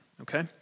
okay